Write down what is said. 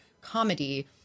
comedy